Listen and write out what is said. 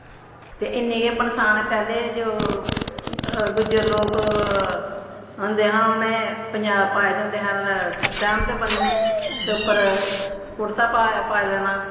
ते इन्नी गै पंछान ऐ पैह्लें जो गुज्जर लोक होंदे हे उ'नें पंजाब पाए दे होंदे हे तैमद बनने ते उप्पर कुर्ता पाई लैना